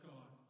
God